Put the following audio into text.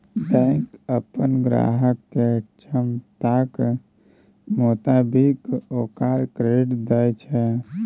bank अप्पन ग्राहक केर क्षमताक मोताबिक ओकरा क्रेडिट दय छै